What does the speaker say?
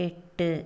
എട്ട്